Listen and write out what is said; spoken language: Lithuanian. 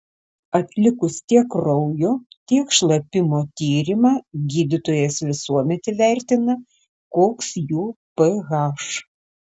atlikus tiek kraujo tiek šlapimo tyrimą gydytojas visuomet įvertina koks jų ph